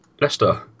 Leicester